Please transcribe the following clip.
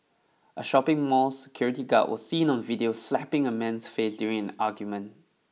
a shopping mall security guard was seen on video slapping a man's face during an argument